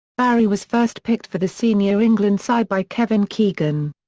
barry was first picked for the senior england side by kevin keegan.